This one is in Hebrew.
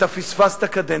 אתה פספסת קדנציה,